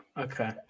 Okay